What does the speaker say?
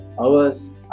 hours